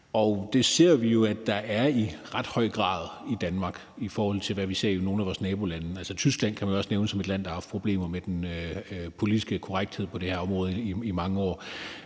og det ser vi jo at der er i ret høj grad i Danmark, i forhold til hvad vi ser i nogle af vores nabolande. Man kan også nævne Tyskland som et land, der har haft problemer med den politiske korrekthed på det her område i mange år.